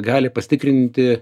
gali pasitikrinti